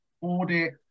audit